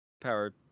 power